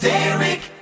Derek